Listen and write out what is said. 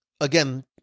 Again